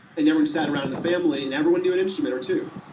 and everyone sat around in the family, and everyone knew an instrument or two,